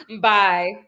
Bye